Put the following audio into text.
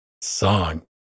song